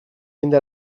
indar